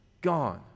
gone